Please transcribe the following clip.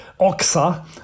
Oxa